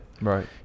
Right